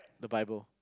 the bible